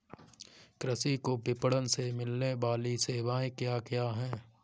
कृषि को विपणन से मिलने वाली सेवाएँ क्या क्या है